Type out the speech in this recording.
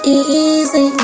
easy